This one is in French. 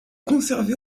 conservée